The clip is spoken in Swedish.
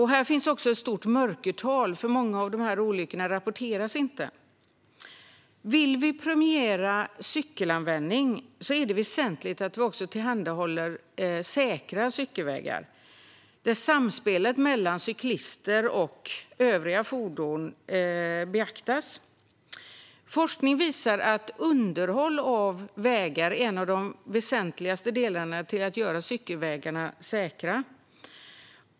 Här finns också ett stort mörkertal, eftersom många olyckor inte rapporteras. Om vi vill premiera cykelanvändning är det väsentligt att vi också tillhandahåller säkra cykelvägar där samspelet mellan cyklister och övriga fordon beaktas. Forskning visar att underhåll av vägarna är en av de viktigaste åtgärderna för att göra cykelvägarna säkra.